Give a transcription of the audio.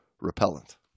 repellent